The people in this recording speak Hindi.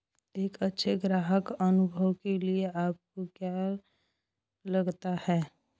एक अच्छे ग्राहक अनुभव के लिए आपको क्या लगता है?